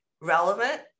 relevant